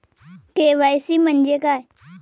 KYC म्हंजे काय?